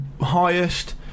highest